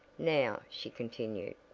now, she continued,